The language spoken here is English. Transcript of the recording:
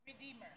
Redeemer